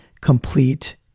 Complete